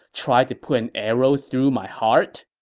tried to put an arrow through my heart?